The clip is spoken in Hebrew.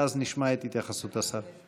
ואז נשמע את התייחסות השר.